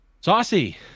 saucy